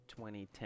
2010